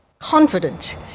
confident